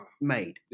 made